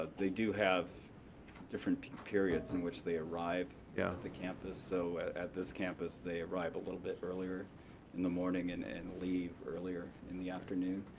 they do have different periods in which they arrive yeah at the campus, so at at this campus they arrive a little bit earlier in the morning, and and leave earlier in the afternoon.